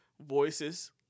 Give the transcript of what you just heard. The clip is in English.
voices